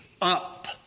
up